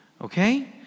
Okay